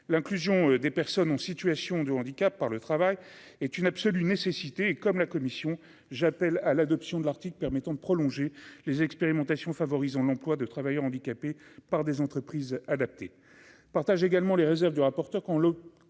l'inclusion des personnes en situation de handicap par le travail est une absolue nécessité, comme la commission, j'appelle à l'adoption de l'Arctique permettant de prolonger les expérimentations favorisant l'emploi de travailleurs handicapés par des entreprises adaptées partagent également les réserves de rapporteur quand le